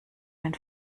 den